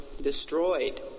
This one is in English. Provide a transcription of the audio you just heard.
destroyed